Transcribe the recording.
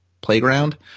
playground